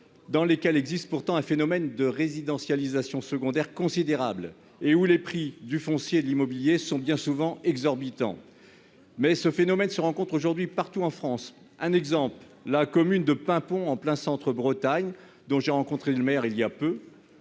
dans lesquelles existe pourtant un phénomène de « résidentialisation secondaire » considérable et où les prix du foncier et de l'immobilier sont bien souvent exorbitants. Mais ce phénomène se rencontre aujourd'hui partout en France. Par exemple, la commune de Paimpont, en plein Centre-Bretagne, dont j'ai rencontré le maire il y a peu,